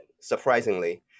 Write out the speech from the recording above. surprisingly